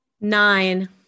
Nine